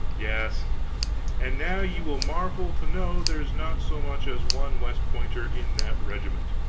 yes and now ye will marvel to know there's not so much as one west pointer in that regiment.